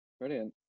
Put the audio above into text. Brilliant